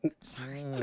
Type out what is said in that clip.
Sorry